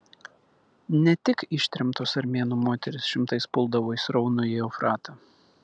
ne tik ištremtos armėnų moterys šimtais puldavo į sraunųjį eufratą